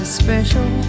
special